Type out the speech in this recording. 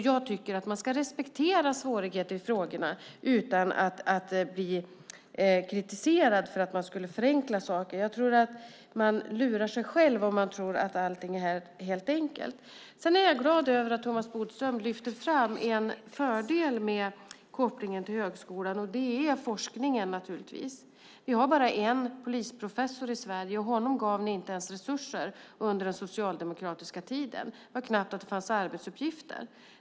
Jag tycker att man ska respektera svårigheter i frågorna utan att bli kritiserad för att man skulle förenkla saker. Jag tror att man lurar sig själv om man tror att allt är enkelt. Jag är glad att Thomas Bodström lyfter fram en av fördelarna med kopplingen till högskolan, nämligen forskningen. Vi har bara en polisprofessor i Sverige, och inte ens honom gav man resurser under den socialdemokratiska regeringstiden. Det var knappt att det fanns arbetsuppgifter för honom.